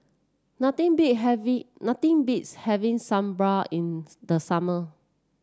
nothing beat nothing beats having Sambar in the summer